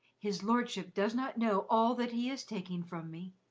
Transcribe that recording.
his lordship does not know all that he is taking from me,